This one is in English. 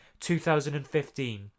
2015